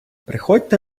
приходьте